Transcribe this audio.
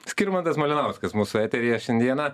skirmantas malinauskas mūsų eteryje šiandieną